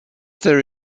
there